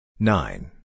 Nine